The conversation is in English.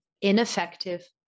ineffective